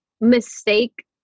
mistake